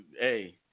Hey